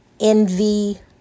envy